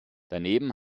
daneben